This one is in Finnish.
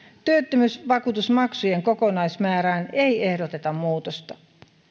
työttömyysvakuutusmaksujen kokonaismäärään ei ehdoteta muutosta